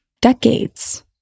decades